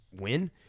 win